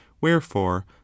wherefore